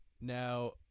now